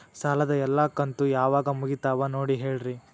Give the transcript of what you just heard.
ಸಾಲದ ಎಲ್ಲಾ ಕಂತು ಯಾವಾಗ ಮುಗಿತಾವ ನೋಡಿ ಹೇಳ್ರಿ